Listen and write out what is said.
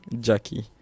Jackie